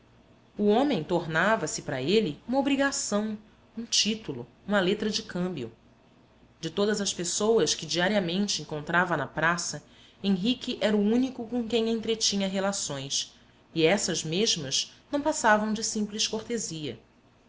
o homem tornava-se para ele uma obrigação um título uma letra de câmbio de todas as pessoas que diariamente encontrava na praça henrique era o único com quem entretinha relações e essas mesmas não passavam de simples cortesia